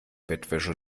bettwäsche